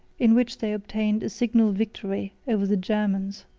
in which they obtained a signal victory over the germans.